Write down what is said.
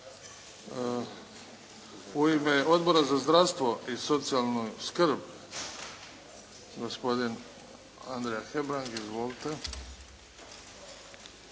U ime Odbora za zdravstvo i socijalnu skrb, gospodin Andrija Hebrang. Izvolite.